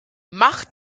mach